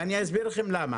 ואסביר לכם למה.